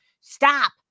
stop